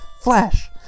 Flash